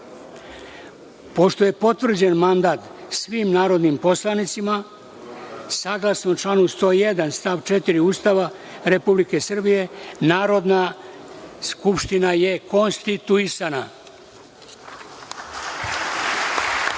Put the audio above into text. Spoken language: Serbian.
je potvrđen mandat svim narodnim poslanicima, saglasno članu 101. stav 4. Ustava Republike Srbije, Narodna skupština je konstituisana. Molim